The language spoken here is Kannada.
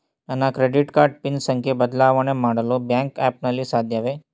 ನನ್ನ ಕ್ರೆಡಿಟ್ ಕಾರ್ಡ್ ಪಿನ್ ಸಂಖ್ಯೆ ಬದಲಾವಣೆ ಮಾಡಲು ಬ್ಯಾಂಕ್ ಆ್ಯಪ್ ನಲ್ಲಿ ಸಾಧ್ಯವೇ?